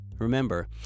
Remember